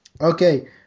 Okay